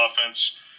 offense